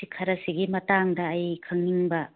ꯁꯤ ꯈꯔꯁꯤꯒꯤ ꯃꯇꯥꯡꯗ ꯑꯩ ꯈꯪꯅꯤꯡꯕ